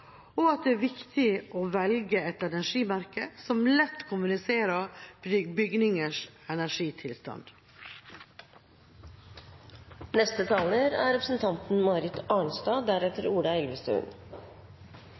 og at det er viktig å velge et energimerke som lett kommuniserer bygningers energitilstand.» En fungerende ordning som folk er